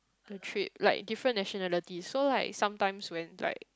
the trip like different nationalities so like sometimes when like